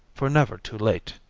for never too late.